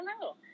hello